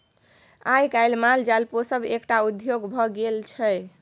आइ काल्हि माल जाल पोसब एकटा उद्योग भ गेल छै